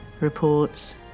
reports